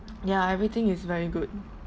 ya everything is very good